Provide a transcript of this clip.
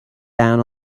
down